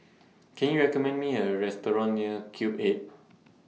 Can YOU recommend Me A Restaurant near Cube eight